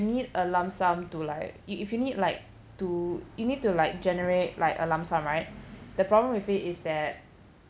need a lump sum to like if if you need like to you need to like generate like a lump sum right the problem with it is that